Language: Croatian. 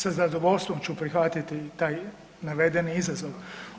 Sa zadovoljstvom ću prihvatiti taj navedeni izazov.